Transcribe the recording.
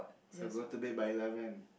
so go to bed by eleven